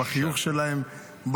בחיוך שלהם,